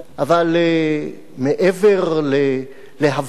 אבל מעבר להבנת